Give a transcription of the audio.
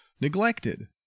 neglected